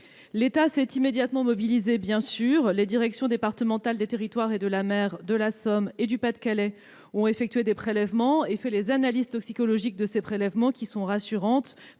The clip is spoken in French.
entendu immédiatement mobilisé ; les directions départementales des territoires et de la mer de la Somme et du Pas-de-Calais ont effectué des prélèvements et mené des analyses toxicologiques sur ces prélèvements. Ces analyses sont rassurantes